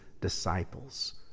disciples